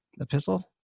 Epistle